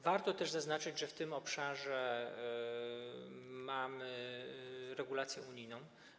Warto też zaznaczyć, że w tym obszarze mamy regulację unijną.